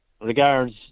Regards